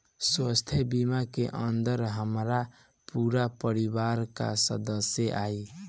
स्वास्थ्य बीमा के अंदर हमार पूरा परिवार का सदस्य आई?